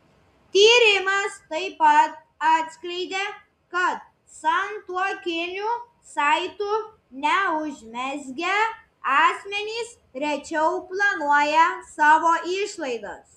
tyrimas taip pat atskleidė kad santuokinių saitų neužmezgę asmenys rečiau planuoja savo išlaidas